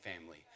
family